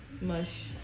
Mush